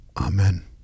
Amen